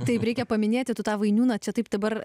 taip reikia paminėti tu tą vainiūną čia taip dabar